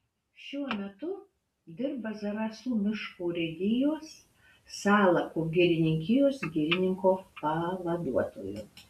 šiuo metu dirba zarasų miškų urėdijos salako girininkijos girininko pavaduotoju